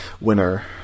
winner